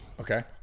okay